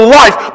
life